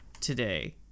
today